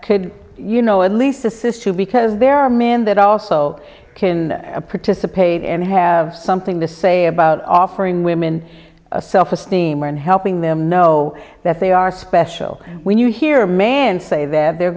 could you know at least assist you because there are men that also can a participant and have something to say about offering women a self esteem and helping them know that they are special when you hear a man say that they're